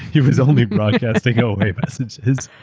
he was only broadcasting away messages.